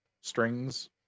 strings